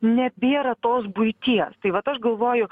nebėra tos buities tai vat aš galvoju